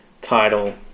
title